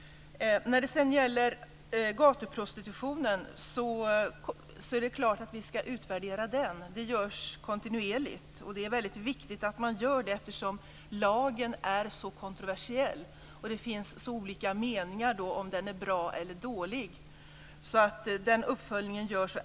Det är klart att vi ska utvärdera gatuprostitutionen. Det görs kontinuerligt. Det är väldigt viktigt att man gör det eftersom lagen är så kontroversiell och det finns så olika meningar om den är bra eller dålig. Den uppföljningen görs.